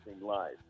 life